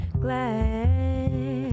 glad